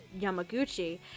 Yamaguchi